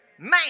Man